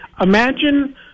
Imagine